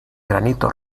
granito